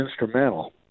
Instrumental